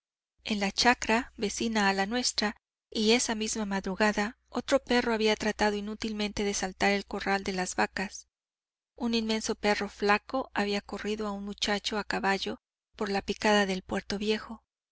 en la chacra vecina a la nuestra y esa misma madrugada otro perro había tratado inútilmente de saltar el corral de las vacas un inmenso perro flaco había corrido a un muchacho a caballo por la picada del puerto viejo